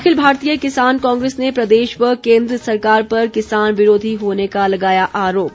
अखिल भारतीय किसान कांग्रेस ने प्रदेश व केन्द्र सरकार पर किसान विरोधी होने का लगाया आरोप